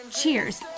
cheers